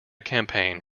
campaign